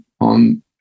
on